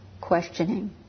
questioning